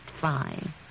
fine